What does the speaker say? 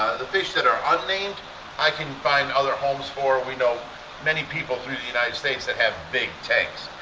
the fish that are unnamed i can find other homes for, we know many people through the united states that have big tanks.